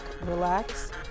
relax